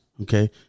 okay